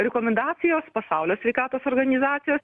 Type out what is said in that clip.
rekomendacijos pasaulio sveikatos organizacijos